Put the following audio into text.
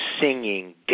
singing